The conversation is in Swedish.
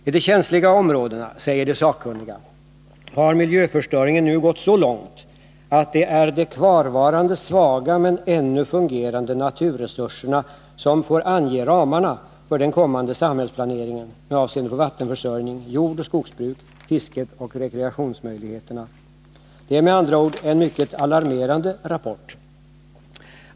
I de känsliga områdena, säger de sakkunniga, har miljöförstöringen nu gått så långt att det är de kvarvarande svaga men ännu fungerande naturresurserna som får ange ramarna för den kommande samhällsplaneringen med avseende på vattenförsörjning, jordoch skogsbruk, fisket och rekreationsmöjligheterna. Det är med andra ord en mycket alarmerande rapport.